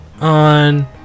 on